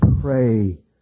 pray